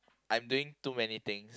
I am doing too many things